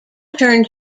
turned